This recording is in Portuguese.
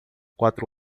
quatro